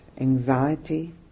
anxiety